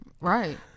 Right